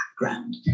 background